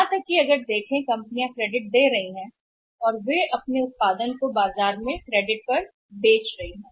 यहां तक कि अगर देखें कि कंपनियां कहां तक क्रेडिट दे रही हैं और वे बेच रहे हैं क्रेडिट पर बाजार में उनका उत्पादन